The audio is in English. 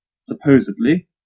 supposedly